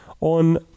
on